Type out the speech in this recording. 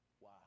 Wow